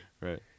right